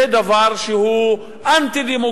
זה דבר שהוא אנטי-דמוקרטי,